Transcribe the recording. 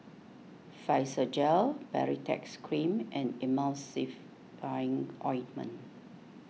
Physiogel Baritex Cream and Emulsying Ointment